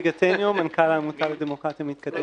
העמותה לדמוקרטיה מתקדמת.